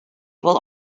will